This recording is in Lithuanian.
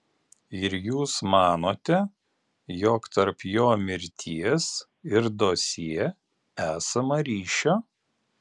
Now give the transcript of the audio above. ir jūs manote jog tarp jo mirties ir dosjė esama ryšio